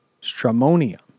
stramonium